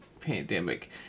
pandemic